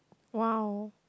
!wow!